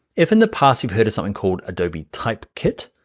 if in the past you've heard of something called adobe typekit,